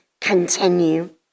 continue